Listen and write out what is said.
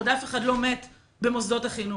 עוד אף אחד לא מת במוסדות החינוך.